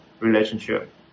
Relationship